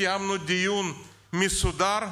קיימנו דיון מסודר,